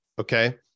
Okay